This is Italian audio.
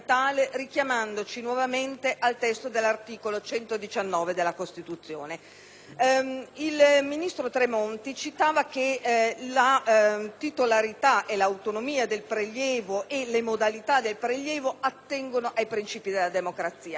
Il ministro Tremonti ha affermato che la titolarità, l'autonomia e le modalità del prelievo attengono ai principi della democrazia ed io credo che il tema della territorialità abbia proprio questo tipo di attinenza.